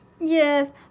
Yes